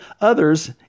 others